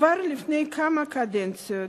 כבר לפני כמה קדנציות